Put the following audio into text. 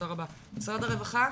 משרד הרווחה.